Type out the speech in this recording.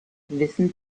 wissen